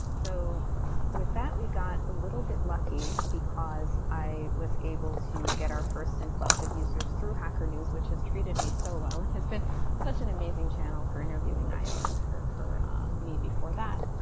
so with that, we got a little bit lucky because i was able to get our first influx of users through hacker news, which has treated me so well and has been such an amazing channel for interviewing io and for for me before that.